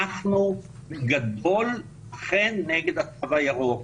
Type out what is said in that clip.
אנחנו בגדול אכן נגד התו הירוק,